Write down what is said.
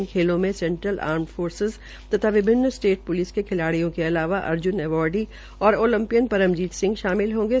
इन खेलों में central armed force तथा विभिन्न स्टेट पुलिस के खिलाडियों के अलावा अर्जुन अवार्डी और ओलपियन परमजीत सिंह शामिल होंगे